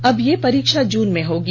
अब यह परीक्षा जून में होगी